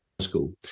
school